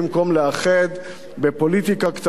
בפוליטיקה קטנה במקום במנהיגות.